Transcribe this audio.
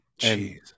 jeez